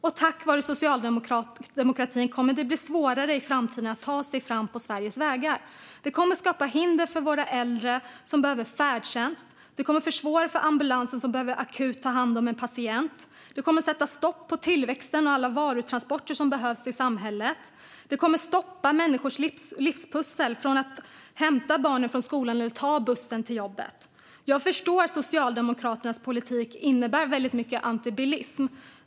På grund av socialdemokratin kommer det i framtiden att bli ännu svårare att ta sig fram på Sveriges vägar. Det kommer att skapa hinder för våra äldre som behöver färdtjänst. Det kommer att försvåra för ambulanser som behöver ta hand om patienter akut. Det kommer att sätta stopp för tillväxten och alla varutransporter som behövs i samhället. Det kommer att stoppa människor mitt i livspusslet från att hämta barnen i skolan eller ta bussen till jobbet. Jag förstår att Socialdemokraternas politik innebär väldigt mycket antibilism.